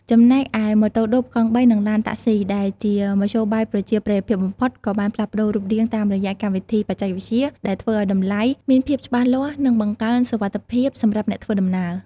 ចំណែកឯ ម៉ូតូឌុប កង់បី និងឡានតាក់ស៊ី ដែលជាមធ្យោបាយប្រជាប្រិយបំផុត ក៏បានផ្លាស់ប្ដូររូបរាងតាមរយៈកម្មវិធីបច្ចេកវិទ្យា ដែលធ្វើឱ្យតម្លៃមានភាពច្បាស់លាស់ និងបង្កើនសុវត្ថិភាពសម្រាប់អ្នកធ្វើដំណើរ។